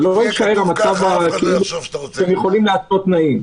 שלא יישאר מצב שהם יכולים להתנות תנאים.